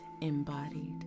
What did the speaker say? embodied